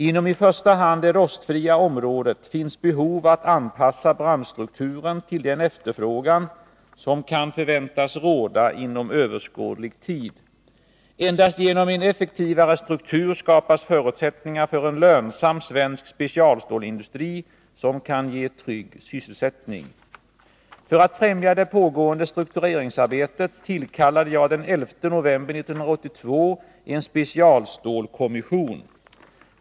Inom i första hand det rostfria området finns det behov av att anpassa branschstrukturen till den efterfrågan som kan förväntas råda inom överskådlig tid. Endast genom en effektivare struktur skapas förutsättningar för en lönsam svensk specialstålsindustri som kan ge trygg sysselsättning. För att främja det pågående struktureringsarbetet tillkallade jag den 11 november 1982 en specialstålskommission.